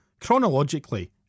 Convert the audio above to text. chronologically